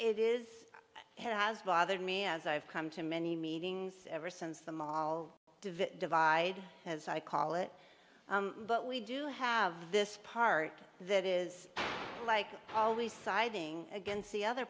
it is has bothered me as i've come to many meetings ever since the mall divide as i call it but we do have this part that is like always siding against the other